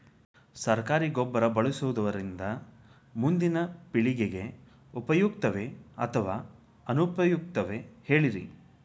ಸರಕಾರಿ ಗೊಬ್ಬರ ಬಳಸುವುದರಿಂದ ಮುಂದಿನ ಪೇಳಿಗೆಗೆ ಉಪಯುಕ್ತವೇ ಅಥವಾ ಅನುಪಯುಕ್ತವೇ ಹೇಳಿರಿ